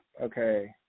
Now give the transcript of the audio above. Okay